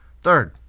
Third